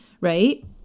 right